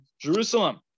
Jerusalem